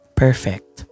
perfect